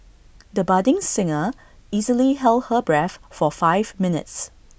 the budding singer easily held her breath for five minutes